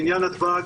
לעניין נתב"ג,